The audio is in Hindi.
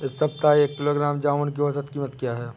इस सप्ताह एक किलोग्राम जामुन की औसत कीमत क्या है?